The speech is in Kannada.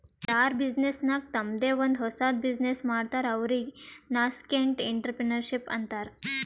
ಯಾರ್ ಬಿಸಿನ್ನೆಸ್ ನಾಗ್ ತಂಮ್ದೆ ಒಂದ್ ಹೊಸದ್ ಬಿಸಿನ್ನೆಸ್ ಮಾಡ್ತಾರ್ ಅವ್ರಿಗೆ ನಸ್ಕೆಂಟ್ಇಂಟರಪ್ರೆನರ್ಶಿಪ್ ಅಂತಾರ್